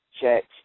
checks